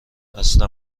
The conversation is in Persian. اصلا